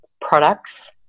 products